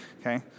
Okay